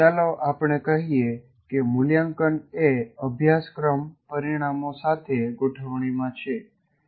ચાલો આપણે કહીએ કે મુલ્યાંકન એ અભ્યાસક્રમ પરિણામો સાથે ગોઠવણીમાં છે